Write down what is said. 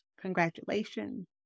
congratulations